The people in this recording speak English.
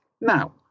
Now